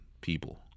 people